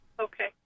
Okay